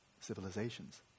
civilizations